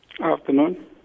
Afternoon